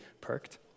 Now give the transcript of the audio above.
perked